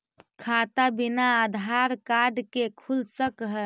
खाता बिना आधार कार्ड के खुल सक है?